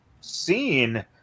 seen